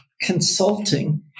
consulting